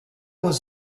was